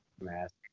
mask